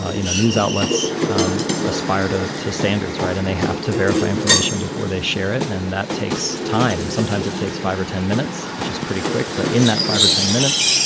ah you know, news outlets um aspire to to standards right? and they have to verify information before they share it. and that takes time. sometimes it takes five or ten minutes, which is pretty quick. but in that five or ten minutes,